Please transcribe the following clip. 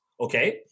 Okay